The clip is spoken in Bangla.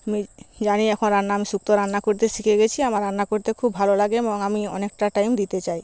আমি জানি এখন রান্না আমি শুক্তো রান্না করতে শিখে গেছি আমার রান্না করতে খুব ভালো লাগে এবং আমি অনেকটা টাইম দিতে চাই